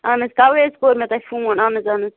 اَہن حظ توَے حظ کوٚر مےٚ تۄہہِ فون اہَن حظ اہَن حظ